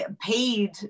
paid